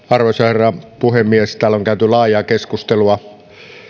arvoisa herra puhemies täällä on käyty laajaa keskustelua